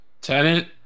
Tenant